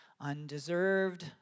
undeserved